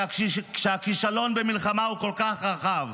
כשהכישלון במלחמה הוא כל כך רחב,